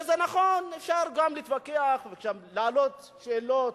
זה נכון, אפשר גם להתווכח, להעלות שאלות,